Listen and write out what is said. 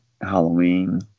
Halloween